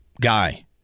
guy